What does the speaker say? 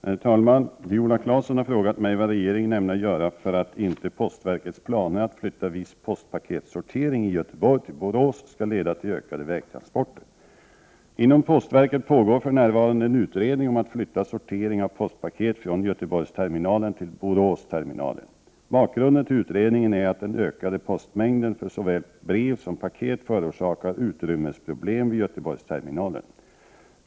Herr talman! Viola Claesson har frågat mig vad regeringen ämnar göra för att inte postverkets planer att flytta viss postpaketsortering i Göteborg till Borås skall leda till ökade vägtransporter. Inom postverket pågår för närvarande en utredning om att flytta sortering till utredningen är att den ökade postmängden för såväl brev som paket förorsakar utrymmesproblem vid Göteborgsterminalen.